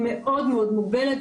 היא מאוד מוגבלת.